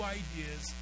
ideas